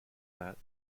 set